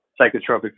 psychotropic